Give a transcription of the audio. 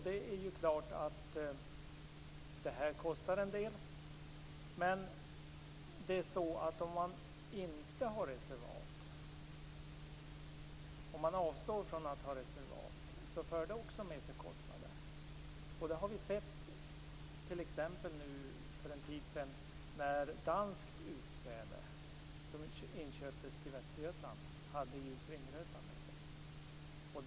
Det är klart att detta kostar en del. Men om man avstår från att ha reservat för också det med sig kostnader. Det har vi t.ex. kunnat se nu för en tid sedan, när danskt utsäde som köptes in till Västergötland förde ringröta med sig.